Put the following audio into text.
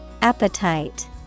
Appetite